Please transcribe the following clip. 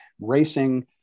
racing